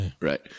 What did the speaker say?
right